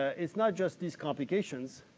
it's not just these complications,